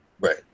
Right